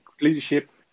Leadership